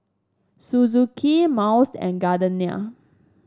Suzuki Miles and Gardenia